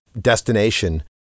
destination